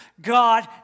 God